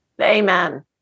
Amen